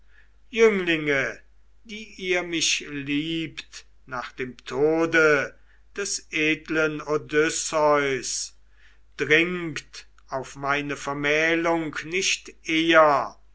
jünglinge die ihr mich liebt nach dem tode des edlen odysseus dringt auf meine vermählung nicht eher